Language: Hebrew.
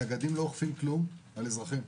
הנגדים לא אוכפים כלום על אזרחים.